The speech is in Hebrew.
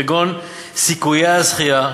כגון סיכוי הזכייה,